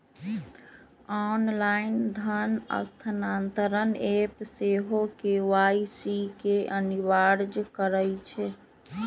online धन स्थानान्तरण app सेहो के.वाई.सी के अनिवार्ज करइ छै